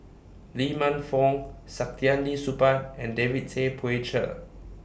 Lee Man Fong Saktiandi Supaat and David Tay Poey Cher